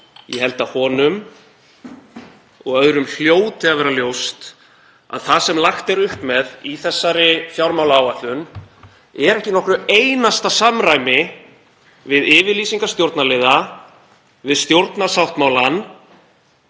Ég held að honum og öðrum hljóti að vera ljóst að það sem lagt er upp með í þessari fjármálaáætlun er ekki í nokkru einasta samræmi við yfirlýsingar stjórnarliða, við stjórnarsáttmálann